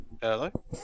Hello